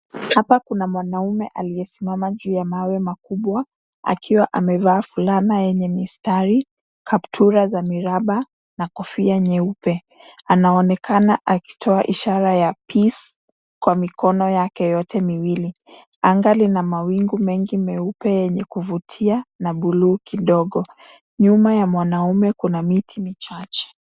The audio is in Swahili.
Hapa kuna mwanaume aliyesimama juu ya mawe makubwa, akiwa amevaa fulana yenye mistari, kaptura za miraba na kofia nyeupe. Anaonekana akitoa ishara ya Peace kwa mikono yake yote miwili. Anga lina mawingu mengi meupe yenye kuvutia na blue kidogo. Nyuma ya mwanaume kuna miti michache.